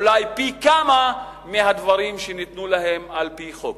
אולי פי כמה מהדברים שניתנו להם על-פי חוק.